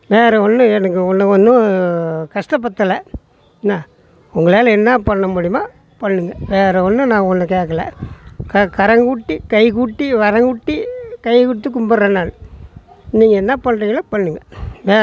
வேறு ஒன்றும் எனக்கு ஒன்னும் ஒன்னும் கஷ்டப்படுத்தல என்ன உங்களால் என்ன பண்ண முடியுமோ பண்ணுங்கள் வேறு ஒன்றும் நான் உங்களை கேட்கல கரங்கூட்டி கை கூட்டி வரங்கூட்டி கையெடுத்து கும்பிட்றேன் நான் நீங்கள் என்ன பண்ணுறிங்களோ பண்ணுங்கள்